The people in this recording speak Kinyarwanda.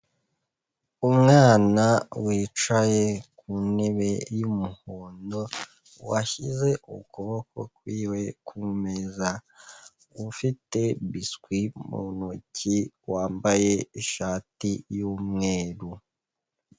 Umwana wicaye ku ntebe y'umuhondo, washyize ukuboko kwiwe ku meza, ufite biswi mu ntoki, wambaye ishati y'umweru.